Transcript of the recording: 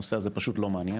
הנושא הזה פשוט לא מעניין,